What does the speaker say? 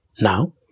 Now